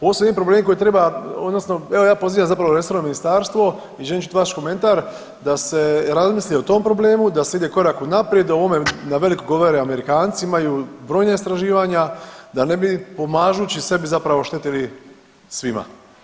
Ovo su jedni problemi koje treba odnosno evo ja pozivam zapravo resorno ministarstvo i želim čuti vaš komentar da se razmisli o tom problemu, da se ide korak unaprijed, da o ovome na veliko govore Amerikanci, imaju brojna istraživanja, da ne bi pomažući sebi zapravo štetili svima.